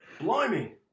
Blimey